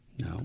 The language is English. No